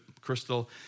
Crystal